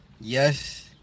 Yes